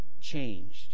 changed